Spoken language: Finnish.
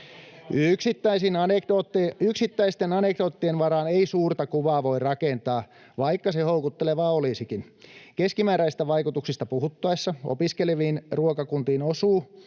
Yksittäisten anekdoottien varaan ei suurta kuvaa voi rakentaa, vaikka se houkuttelevaa olisikin. Keskimääräisistä vaikutuksista puhuttaessa opiskeleviin ruokakuntiin osuu